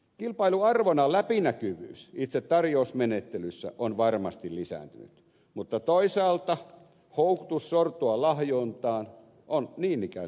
kilpailuarvona läpinäkyvyys itse tarjousmenettelyssä on varmasti lisääntynyt mutta toisaalta houkutus sortua lahjontaan on niin ikään lisääntynyt